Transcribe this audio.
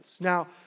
Now